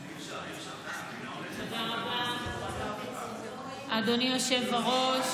תודה רבה, אדוני היושב-ראש.